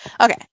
okay